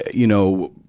you know,